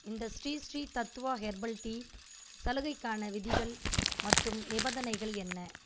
இந்த Sri Sri Tattva herbal tea சலுகைக்கான விதிகள் மற்றும் நிபந்தனைகள் என்ன